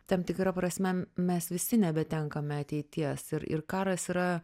tam tikra prasme mes visi nebetenkame ateities ir ir karas yra